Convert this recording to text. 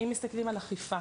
אם מסתכלים על הקושי,